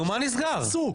מה נסגר?